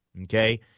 okay